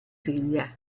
figlia